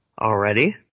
already